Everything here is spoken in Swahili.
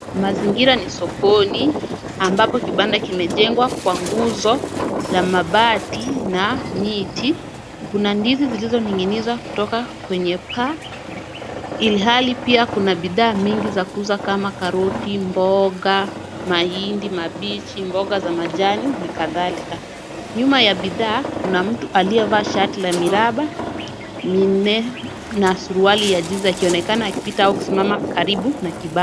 Mazingira ni sokoni, ambapo kibanda kimejengwa kwa nguzo ya mabati na miti. Kuna ndizi zilizoning'inizwa kutoka kwenye paa, ilhali pia kuna bidhaa mingi za kuuza kama karoti, mboga, mahindi mabichi, mboga za majani na kadhalika. Nyuma ya bidhaa kuna mtu aliyevaa shati la miraba minne na suruali ya jeans , akionekana akipita au kusimama karibu na kibanda.